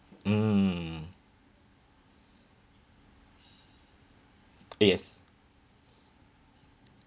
mm yes